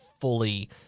fully